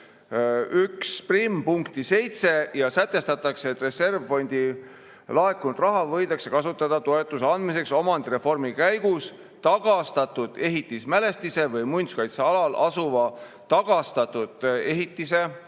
7 ja sätestatakse, et reservfondi laekunud raha võidakse kasutada toetuse andmiseks omandireformi käigus tagastatud ehitismälestise või muinsuskaitsealal asuva tagastatud ehitise